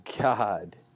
God